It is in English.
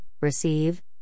receive